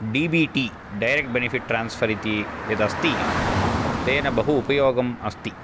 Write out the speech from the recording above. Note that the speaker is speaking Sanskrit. D B T direct benefit transfer इति यद् अस्ति तेन बहु उपयोगम् अस्ति